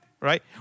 Right